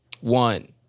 one